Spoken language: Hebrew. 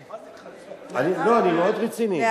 לא, אני מאוד רציני.